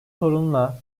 sorunla